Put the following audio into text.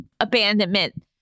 abandonment